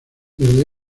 desde